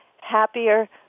happier